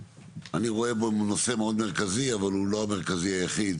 אני רואה בו נושא מאוד מרכזי אבל הוא לא המרכזי היחיד